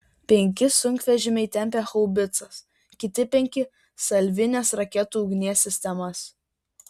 penki sunkvežimiai tempė haubicas kiti penki salvinės raketų ugnies sistemas